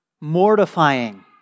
mortifying